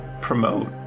promote